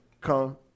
come